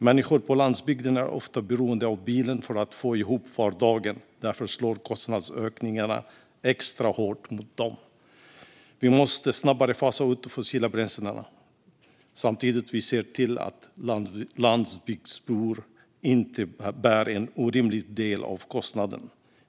Människor på landsbygden är ofta beroende av bilen för att få ihop vardagen, och därför slår kostnadsökningarna extra hårt mot dem. Vi måste snabbare fasa ut de fossila bränslena, samtidigt som vi ser till att landsbygdsbor inte bär en orimlig del av kostnaden.